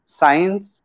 science